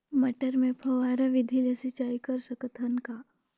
मटर मे फव्वारा विधि ले सिंचाई कर सकत हन का?